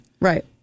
Right